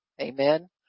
Amen